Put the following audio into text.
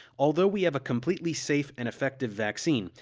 although we have a completely safe and effective vaccine,